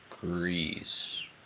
Greece